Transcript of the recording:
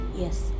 yes